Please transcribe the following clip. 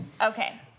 Okay